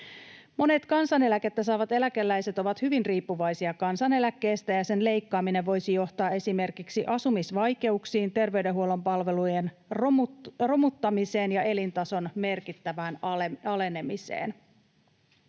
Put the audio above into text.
Monet kansaneläkettä saavat eläkeläiset ovat hyvin riippuvaisia kansaneläkkeestä, ja sen leikkaaminen voisi johtaa esimerkiksi asumisvaikeuksiin, terveydenhuollon palvelujen romuttamiseen ja elintason merkittävään alenemiseen.